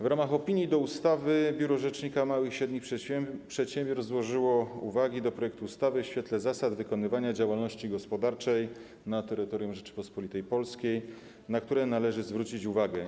W ramach opinii do ustawy Biuro Rzecznika Małych i Średnich Przedsiębiorców złożyło uwagi do projektu ustawy w świetle zasad wykonywania działalności gospodarczej na terytorium Rzeczypospolitej Polskiej, na które należy zwrócić uwagę.